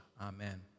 amen